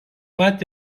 pat